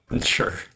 Sure